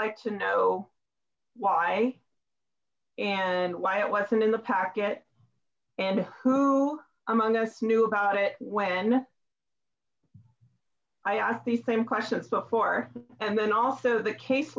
like to know why and why it wasn't in the packet and who among us knew about it when i asked these same questions before and then also the case